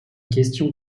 question